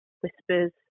whispers